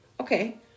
Okay